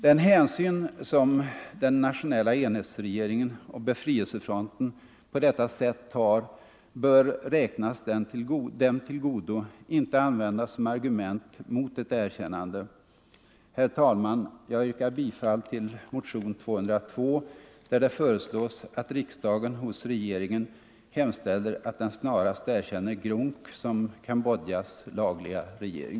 Den hänsyn som den nationella enhetsregeringen och befrielsefronten på detta sätt tar bör räknas dem till godo och inte användas som argument mot ett erkännande. Herr talman! Jag yrkar bifall till motionen 202, där det föreslås att riksdagen hos regeringen hemställer att den snarast erkänner GRUNC som Cambodjas lagliga regering.